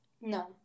No